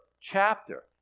chapter